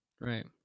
Right